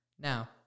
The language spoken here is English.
Now